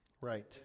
Right